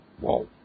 Wow